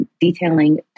detailing